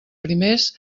primers